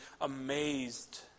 amazed